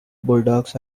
bulldogs